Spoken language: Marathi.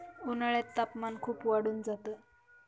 उन्हाळ्यात तापमान खूप वाढून जात